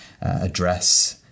address